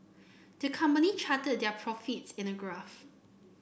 the company charted their profits in a graph